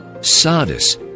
Sardis